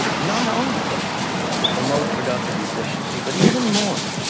not only to promote productive efficiency, but even more,